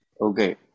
Okay